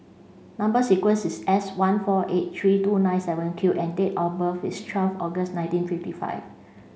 number sequence is S one four eight three two nine seven Q and date of birth is twelve August nineteen fifty five